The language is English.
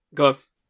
Go